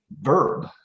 verb